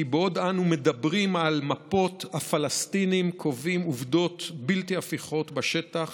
כי בעוד אנו מדברים על מפות הפלסטינים קובעים עובדות בלתי הפיכות בשטח